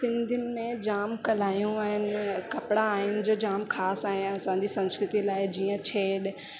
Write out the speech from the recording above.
सिंधियुनि में जाम कलायूं आहिनि कपिड़ा आहिनि जो जाम ख़ासि ऐं असांजी संस्कृति लाइ जीअं छेज